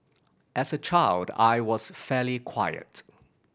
as a child I was fairly quiet